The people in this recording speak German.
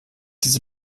diese